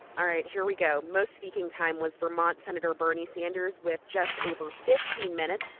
all right, here we go. most speaking time was vermont senator bernie sanders with just over fifteen minutes,